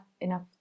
enough